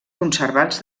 conservats